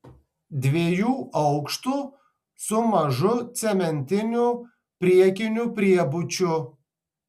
dviejų aukštų su mažu cementiniu priekiniu priebučiu